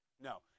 No